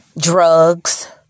drugs